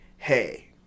hey